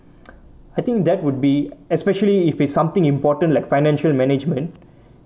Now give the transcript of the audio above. I think that would be especially if it's something important like financial management